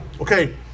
Okay